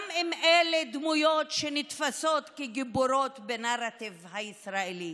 גם אם אלה דמויות שנתפסות כגיבורות בנרטיב הישראלי.